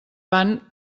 van